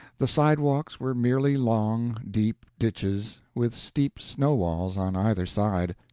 the sidewalks were merely long, deep ditches, with steep snow walls on either side.